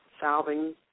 solving